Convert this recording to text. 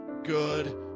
good